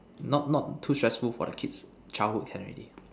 not not too stressful for the kids childhood can already